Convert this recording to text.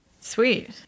sweet